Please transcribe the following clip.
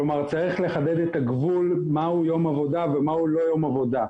כלומר צריך לחדד את הגבול מהו יום עבודה ומהו לא יום עבודה.